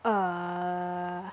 err